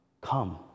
come